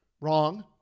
Wrong